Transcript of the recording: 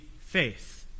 faith